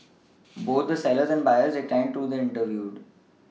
both the sellers and buyers declined to be interviewed